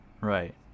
Right